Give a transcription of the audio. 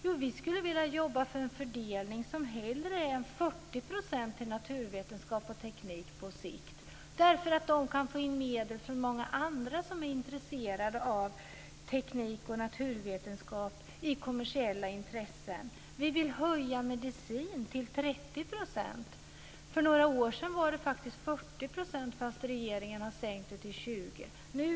Jo, vi skulle vilja jobba för en fördelning som hellre innebär 40 % till naturvetenskap och teknik på sikt, därför att de kan få in medel från många andra som är intresserade av teknik och naturvetenskap i kommersiella intressen. Vi vill göra en höjning så att medicin får 30 %. För några år sedan var det faktiskt 40 %, men regeringen har sänkt det till 20 %.